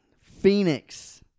Phoenix